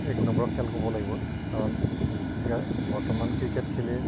এক নম্বৰ খেল ক'ব লাগিব কাৰণ আজি ক বৰ্তমান ক্ৰিকেট খেলি